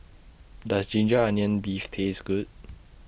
Does Ginger Onions Beef Taste Good